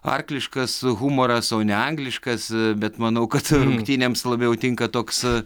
arkliškas humoras o ne angliškas bet manau kad rungtynėms labiau tinka toks e